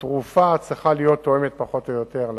התרופה צריכה להיות תואמת, פחות או יותר,